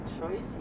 choice